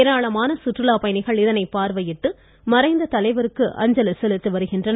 ஏராளமான சுற்றுலாப் பயணிகள் இதனை பார்வையிட்டு மறைந்த தலைவருக்கு அஞ்சலி செலுத்தி வருகின்றனர்